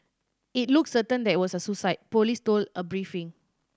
it looks certain that it was a suicide police told a briefing